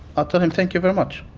i'll tell him, thank you very much.